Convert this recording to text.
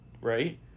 right